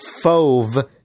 FOVE